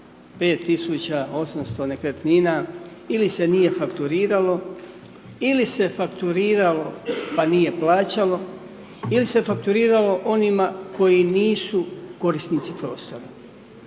5800 nekretnina ili se nije fakturiralo, ili se fakturiralo, pa nije plaćalo, ili se fakturiralo onima koji nisu korisnici prostora.